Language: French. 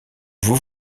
vous